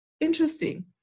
Interesting